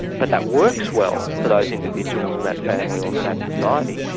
but that works well for those individuals and that family or for that society,